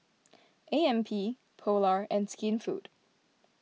A M P Polar and Skinfood